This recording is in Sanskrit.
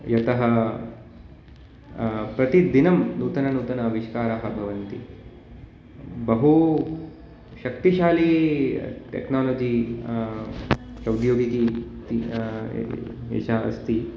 यतः प्रतिदिनं नूतनं नूतनं आविष्कारः भवन्ति बहुशक्तिशाली टेक्नोलजी प्रोग्योकिकीति एषा अस्ति